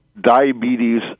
Diabetes